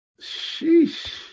Sheesh